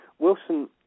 Wilson